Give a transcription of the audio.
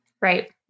right